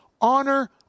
honor